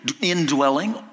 indwelling